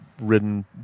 ridden